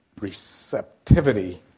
receptivity